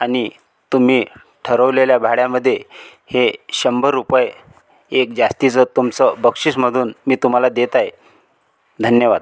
आणि तुम्ही ठरवलेल्या भाड्यामध्ये हे शंभर रुपये एक जास्तीचं तुमचं बक्षीस म्हणून मी तुम्हाला देत आहे धन्यवाद